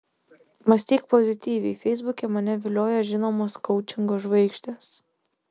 mąstyk pozityviai feisbuke mane vilioja žinomos koučingo žvaigždės